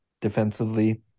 defensively